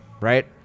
Right